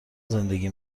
زندگی